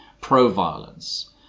pro-violence